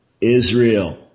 Israel